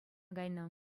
кайнӑ